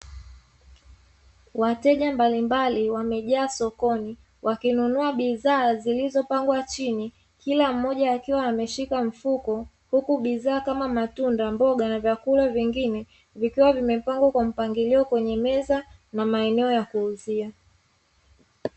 Wateja mbalimbali wamejaa sokoni, wakinunua bidhaa zilizopangwa chini, kila mmoja akiwa ameshika mfuko, huku bidhaa kama matunda, mboga na vyakula vingine vikiwa vimepangwa kwa mpangilio kwenye meza na maeneo ya kuuzia.